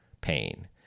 pain